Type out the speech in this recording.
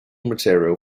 material